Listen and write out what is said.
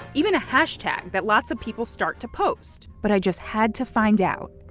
even a hashtag that lots of people start to post. but i just had to find out.